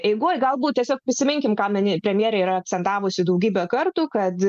eigoj galbūt tiesiog prisiminkime ką premjerė yra akcentavusi daugybę kartų kad